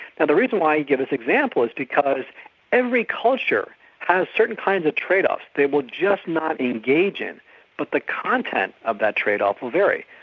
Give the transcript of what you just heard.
now the reason why i give this example is because every culture has certain kinds of trade offs they will just not engage in but the content of that trade off will vary.